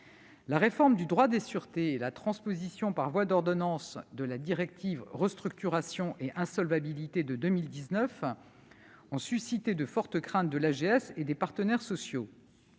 La réforme du droit des sûretés et la transposition par voie d'ordonnance de la directive Restructuration et insolvabilité de 2019 ont suscité de fortes inquiétudes de l'AGS et des partenaires sociaux.